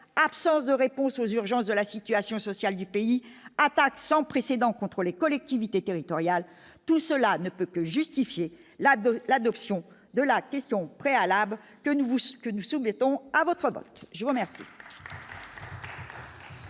absence de réponse aux urgences de la situation sociale du pays, attaque sans précédent contre les collectivités territoriales, tout cela ne peut que justifier la dedans, l'adoption de la question préalable que nous voulons que nous soumettons à votre botte, je vous remercie.